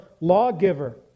lawgiver